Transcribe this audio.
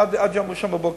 עד יום ראשון ב-08:00.